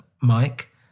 Mike